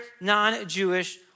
non-Jewish